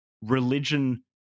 religion